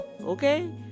okay